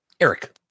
Eric